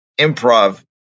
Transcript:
improv